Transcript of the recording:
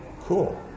cool